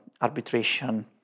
arbitration